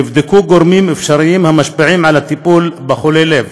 נבדקו גורמים אפשריים המשפיעים על הטיפול בחולי לב,